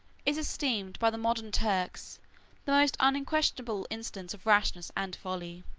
is esteemed by the modern turks the most unquestionable instance of rashness and folly.